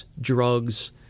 drugs